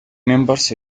members